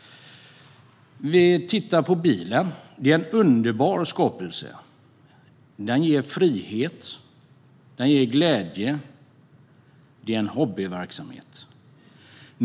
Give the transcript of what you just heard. Vi kan titta på bilen; det är en underbar skapelse. Den ger frihet och glädje, och det är en hobbyverksamhet.